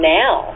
now